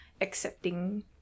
accepting